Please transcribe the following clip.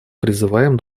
призываем